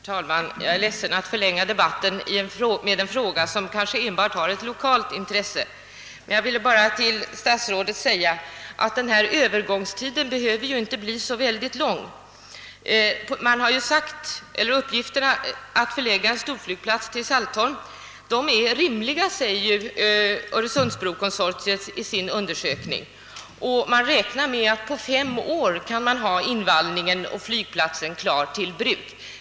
Herr talman! Jag är ledsen över att jag förlänger debatten med att diskutera en fråga som kanske har enbart lokalt intresse. Jag vill bara påpeka för statsrådet att övergångstiden inte behöver bli särskilt lång. Öresundsbrokonsortiet framhåller i sin undersökning att det är rimligt att förlägga en storflygplats till Saltholm, och man räknar med att på fem år kunna ha flygplatsen klar att tas i bruk.